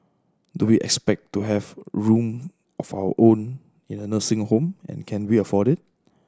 do we expect to have room of our own in a nursing home and can we afford it